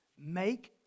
make